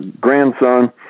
grandson